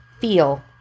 feel